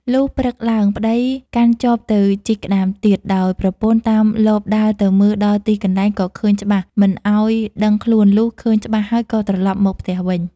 លុះព្រឹកឡើង ប្ដីកាន់ចបទៅជីកក្ដាមទៀត ដោយប្រពន្ធតាមលបដើរទៅមើលដល់ទីកន្លែងឲ្យឃើញច្បាស់មិនឲ្យដឹងខ្លួនលុះឃើញច្បាស់ហើយក៏ត្រឡប់មកផ្ទះវិញ ។